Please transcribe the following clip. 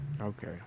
Okay